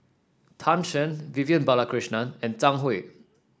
Tan Shen Vivian Balakrishnan and Zhang Hui